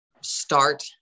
start